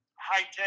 high-tech